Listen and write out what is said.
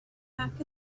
back